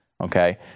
Okay